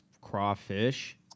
crawfish